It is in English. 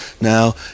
Now